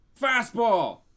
Fastball